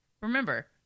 remember